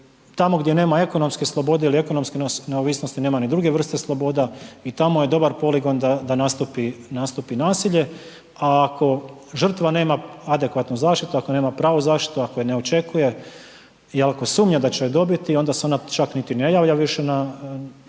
tamo gdje nema ekonomske slobode ili ekonomske neovisnosti nema ni druge vrsta sloboda i tamo je dobar poligon da nastupi nasilje. A ako žrtva nema adekvatnu zaštitu, ako nema pravu zaštitu, ako je ne očekuje i ako sumnja da će je dobiti onda se ona čak niti ne javlja više na,